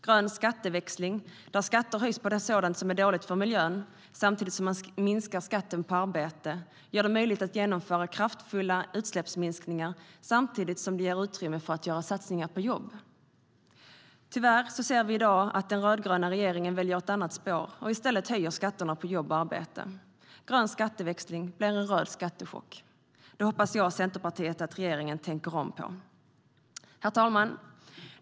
Grön skatteväxling, där skatter höjs på sådant som är dåligt för miljön samtidigt som man minskar skatten på arbete, gör det möjligt att genomföra kraftfulla utsläppsminskningar samtidigt som det ger utrymme för att göra satsningar på fler jobb. Tyvärr ser vi i dag att den rödgröna regeringen väljer ett annat spår och i stället höjer skatterna på jobb och arbete. Grön skatteväxling blir röd skattechock. Där hoppas jag och Centerpartiet att regeringen tänker om. Herr talman!